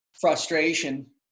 frustration